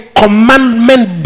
commandment